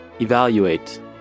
Evaluate